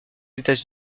états